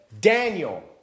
Daniel